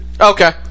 Okay